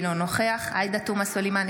אינו נוכח עאידה תומא סלימאן,